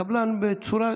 ב-900,000 ש"ח,